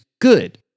good